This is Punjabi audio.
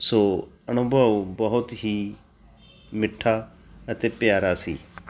ਸੋ ਅਨੁਭਵ ਬਹੁਤ ਹੀ ਮਿੱਠਾ ਅਤੇ ਪਿਆਰਾ ਸੀ